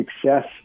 success